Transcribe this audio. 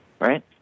right